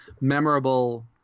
memorable